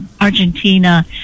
Argentina